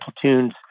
platoons